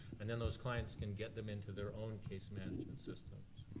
and then those clients can get them into their own case management systems.